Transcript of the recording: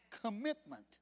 Commitment